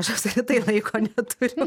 apskritai laiko neturiu